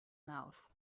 mouth